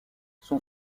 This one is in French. son